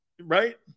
right